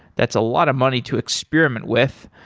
that's a lot of money to experiment with.